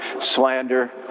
slander